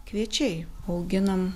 kviečiai auginam